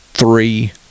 Three